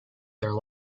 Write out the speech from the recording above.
their